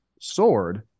sword